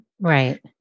Right